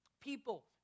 People